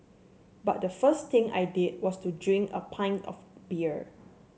but the first thing I did was to drink a pint of beer